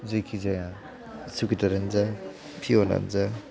जिखिजाया सुखिदारानो जा पिय'नआनो जा